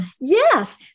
Yes